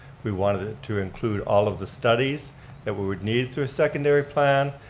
we wanted it to include all of the studies that we would need to a secondary plan,